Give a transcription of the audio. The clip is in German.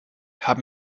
haben